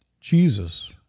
Jesus